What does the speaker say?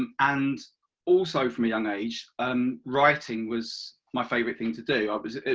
um and also, from a young age, um writing was my favourite thing to do.